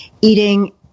eating